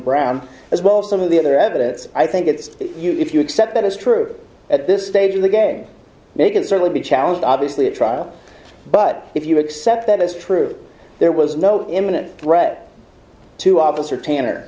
brown as well as some of the other evidence i think it's you if you accept that as true at this stage of the game may can certainly be challenged obviously a trial but if you accept that as true there was no imminent threat to officer tanner